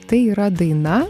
tai yra daina